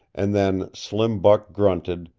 and then slim buck grunted,